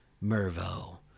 mervo